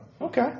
Okay